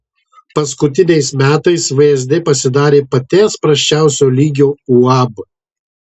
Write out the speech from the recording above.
paskutiniais metais vsd pasidarė paties prasčiausio lygio uab